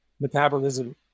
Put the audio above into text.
metabolism